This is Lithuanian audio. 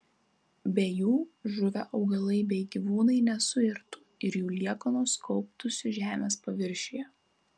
be jų žuvę augalai bei gyvūnai nesuirtų ir jų liekanos kauptųsi žemės paviršiuje